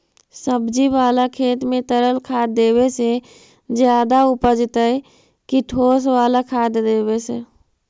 सब्जी बाला खेत में तरल खाद देवे से ज्यादा उपजतै कि ठोस वाला खाद देवे से?